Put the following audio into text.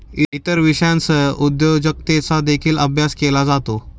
इतर विषयांसह उद्योजकतेचा देखील अभ्यास केला जातो